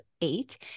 eight